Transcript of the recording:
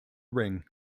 ring